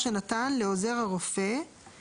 אני לא רואה את זה